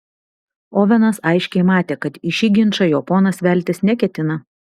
ovenas aiškiai matė kad į šį ginčą jo ponas veltis neketina